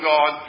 God